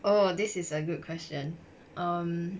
oh this is a good question